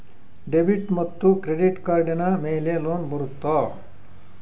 Debit ಮತ್ತು credit ಕಾರ್ಡಿನ ಮೇಲೆ ಲೋನ್ ಬರುತ್ತಾ?